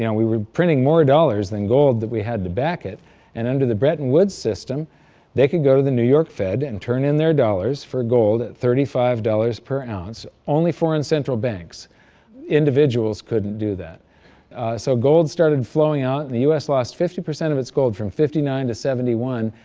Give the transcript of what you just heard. yeah we were printing more dollars than gold that we had to back it and under the bretton woods system they could go to the new york fed and turn in their dollars for gold at thirty five dollars per ounce. only foreign central banks individuals couldn't do that so gold started flowing out and the us lost fifty percent of its gold from fifty nine to seventy one,